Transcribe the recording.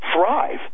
thrive